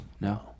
No